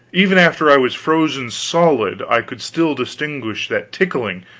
even after i was frozen solid i could still distinguish that tickling,